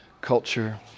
culture